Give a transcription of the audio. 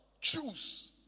choose